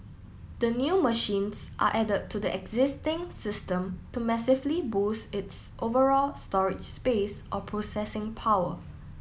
the new machines are added to the existing system to massively boost its overall storage space or processing power